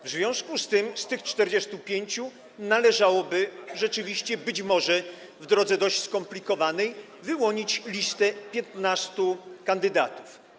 W związku z tym z tych 45 należałoby, rzeczywiście być może w drodze dość skomplikowanej, wyłonić listę 15 kandydatów.